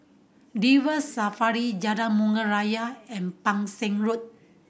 River Safari Jalan Bunga Raya and Pang Seng Road